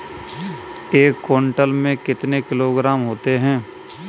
एक क्विंटल में कितने किलोग्राम होते हैं?